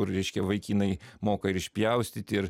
kur reiškia vaikinai moka ir išpjaustyti ir